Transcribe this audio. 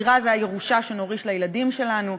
דירה זה הירושה שנוריש לילדים שלנו,